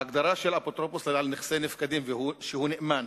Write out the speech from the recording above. ההגדרה של אפוטרופוס על נכסי נפקדים, שהוא נאמן,